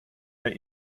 der